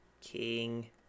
King